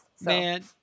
man